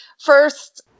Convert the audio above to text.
first